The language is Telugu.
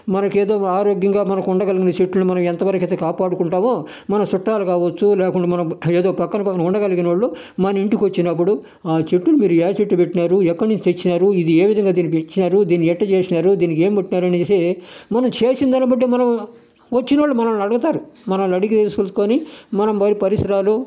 మనకి ఏదో ఆరోగ్యంగా మనకి ఉండగలిగిన చెట్లు మనం ఎంతవరకు అయితే కాపాడుకుంటామో మన చుట్టాలు కావచ్చు లేకుంటే ఏదో పక్కన పక్కన ఉండగలిగిన వాళ్లు మన ఇంటికి వచ్చినప్పుడు ఆ చెట్టుని మీరు ఏ చెట్టు పెట్టినారు ఎక్కడి నుంచి తెచ్చినారు ఇది ఏ విధంగా దీనికి పెంచినారు దీన్ని ఎలా చేసినారు దీనికి ఏమి పెట్టినారు అనేసి మనం చేసిన దాన్నిబట్టి మనం వచ్చిన వాళ్ళు మనల్ని అడుగుతారు మనల్ని అడిగి చూసుకొని మనం పరిసరాలు